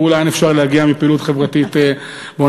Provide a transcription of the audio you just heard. תראו לאן אפשר להגיע מפעילות חברתית באוניברסיטאות,